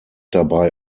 dabei